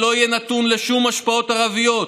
שלא יהא נתון לשום השפעות ערביות,